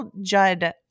Judd